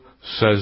says